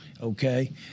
Okay